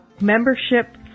membership